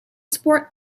sport